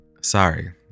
Sorry